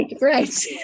Right